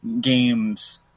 games